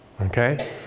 okay